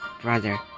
brother